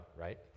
right